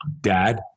dad